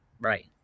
Right